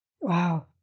Wow